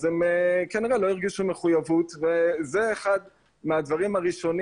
הם כנראה לא הרגישו מחויבות וזה אחד מהדברים הראשונים